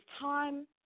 time